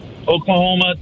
Oklahoma